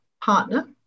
partner